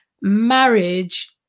marriage